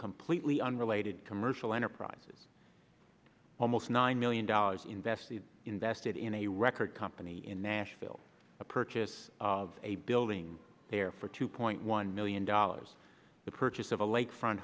completely unrelated commercial enterprises almost nine million dollars invested invested in a record company in nashville the purchase of a building there for two point one million dollars the purchase of a lakefront